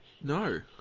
No